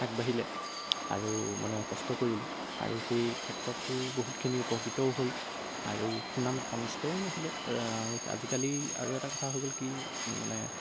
আগবাঢ়িলে আৰু মানে কষ্ট কৰিলে আৰু সেই ক্ষেত্ৰতো বহুতখিনি উপকৃতও হ'ল আৰু সিমান অনিষ্টও নহ'লে আজিকালি আৰু এটা কথা হৈ গ'ল কি মানে